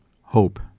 hope